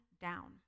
down